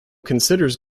considers